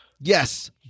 Yes